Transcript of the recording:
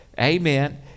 Amen